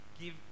give